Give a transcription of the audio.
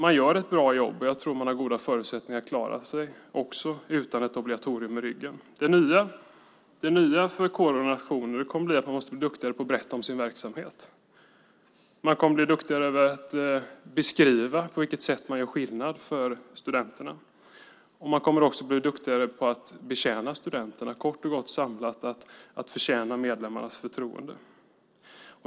Man gör ett bra jobb, och jag tror att man har goda förutsättningar att klara sig också utan ett obligatorium i ryggen. Det nya för kårer och nationer kommer att bli att man måste bli duktigare på att berätta om sin verksamhet. Man kommer att behöva bli duktigare på att beskriva på vilket sätt man gör skillnad för studenterna. Man kommer också att bli duktigare på att betjäna studenterna - kort och gott sammantaget att förtjäna medlemmarnas förtroende.